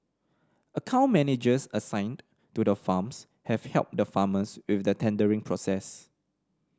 account managers assigned to the farms have helped the farmers with the tendering process